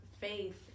faith